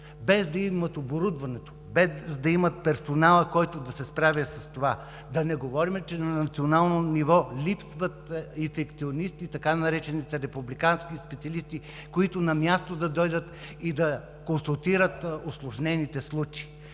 без да имат оборудването, без да имат персонала, който да се справя с това. Да не говорим, че на национално ниво липсват инфекционисти, така наречените републикански специалисти, които на място да дойдат и да консултират усложнените случаи.